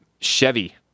Chevy